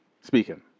Speaking